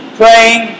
praying